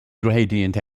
gradient